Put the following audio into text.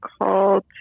called